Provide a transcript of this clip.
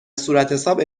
صورتحساب